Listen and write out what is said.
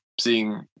seeing